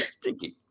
Stinky